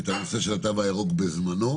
את הנושא של התו הירוק בזמנו.